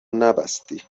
نبستی